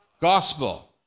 gospel